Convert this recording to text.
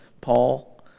Paul